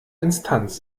instanz